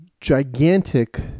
gigantic